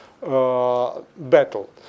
battle